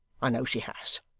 i know she has.